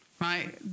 right